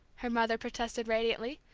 her mother protested radiantly.